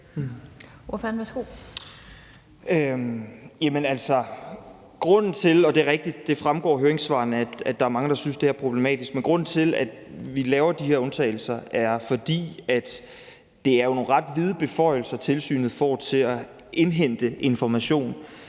grunden til, at vi laver de her undtagelser, er, at det jo er nogle ret vide beføjelser, tilsynet får, til at indhente information.